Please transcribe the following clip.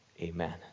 Amen